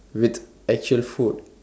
with actual food